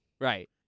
Right